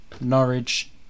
Norwich